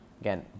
Again